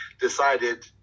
decided